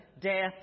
death